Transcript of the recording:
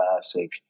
Classic